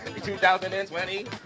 2020